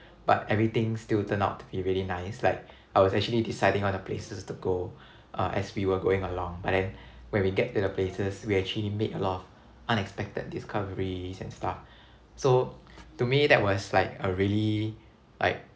but everything still turn out to be really nice like I was actually deciding on the places to go uh as we were going along but then when we get to the places we actually made a lot of unexpected discoveries and stuff so to me that was like a really like